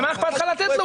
מה אכפת לך לתת לו?